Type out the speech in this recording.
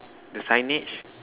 the signage